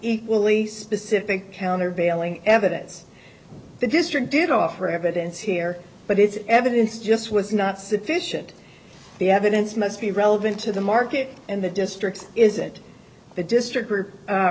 equally specific countervailing evidence the district did offer evidence here but it's evidence just was not sufficient the evidence must be relevant to the market and the district isn't the district